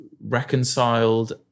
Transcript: reconciled